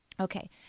Okay